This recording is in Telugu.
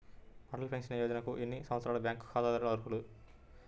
అటల్ పెన్షన్ యోజనకు ఎన్ని సంవత్సరాల బ్యాంక్ ఖాతాదారులు అర్హులు?